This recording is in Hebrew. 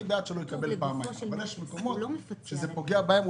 אני בעד שלא יקבל פעמיים אבל יש מקומות שזה פוגע בהם.